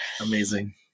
Amazing